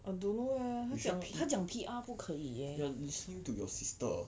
you sure you are listening to your sister